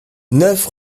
neuf